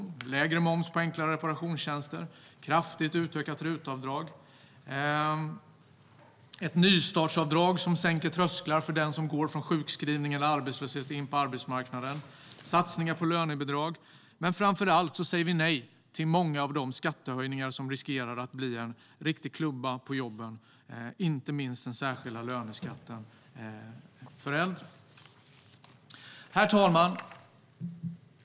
Det handlar om lägre moms på enklare reparationstjänster och kraftigt utökat RUT-avdrag. Det handlar om ett nystartsavdrag som sänker trösklar för den som går från sjukskrivning eller arbetslöshet in på arbetsmarknaden och satsningar på löneavdrag. Framför allt säger vi nej till många av de skattehöjningar som riskerar att bli en riktig klubba på jobben, inte minst den särskilda löneskatten för äldre. Herr talman!